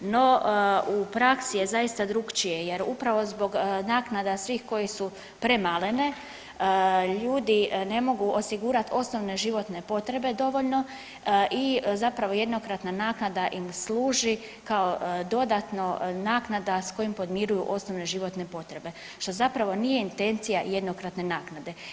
No u praksi je zaista drukčije jer upravo zbog naknada svih koje su premalene ljudi ne mogu osigurat osnovne životne potrebe dovoljno i zapravo jednokratna naknada im služi kao dodatno naknada s kojim podmiruju osnovne životne potrebe, što zapravo nije intencija jednokratne naknade.